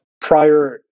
prior